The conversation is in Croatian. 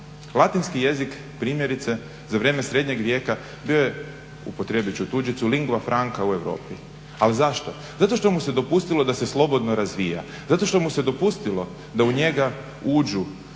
Latinski jezik primjerice za vrijeme srednjeg vijeka bio je, upotrijebit ću tuđicu lingua franca u Europi. Ali zašto? Zato što mu se dopustilo da se slobodno razvija, zato što mu se dopustilo da u njega uđu